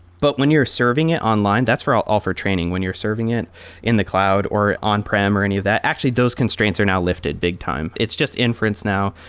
but when you're serving it online, that's where i'll offer training, when you're serving it in the cloud, or on-prem, or any of that. actually, those constraints are now lifted big time. it's just inference now.